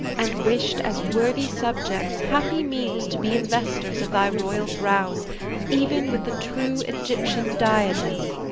and wish'd, as worthy subjects, happy means to be investers of thy royal brows even with the true egyptian diadem!